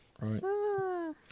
Right